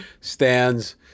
stands